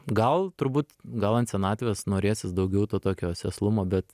gal turbūt gal ant senatvės norėsis daugiau to tokio sėslumo bet